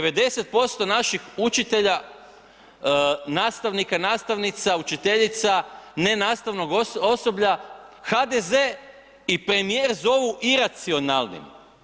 90% naših učitelja, nastavnika, nastavnica, učiteljica, ne nastavnog osoblja HDZ i premijer zovu iracionalnim.